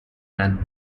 and